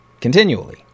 continually